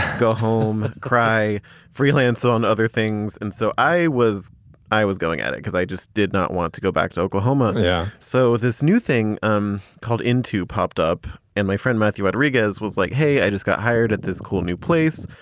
go home, cry freelance on other things. and so i was i was going at it because i just did not want to go back to oklahoma. yeah. so this new thing um called into popped up and my friend matthew outriggers was like, hey, i just got hired at this cool new place.